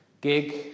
gig